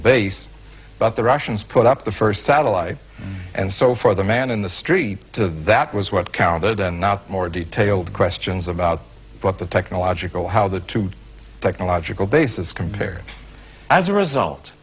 base but the russians put up the first satellite and so for the man in the street to that was what counted and not more detailed questions about what the technological how the technological basis compared as a result